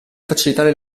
facilitare